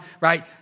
right